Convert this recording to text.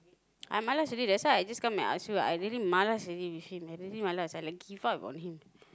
I malas already that's why I just come and ask you I really malas already with him I really malas I like give up on him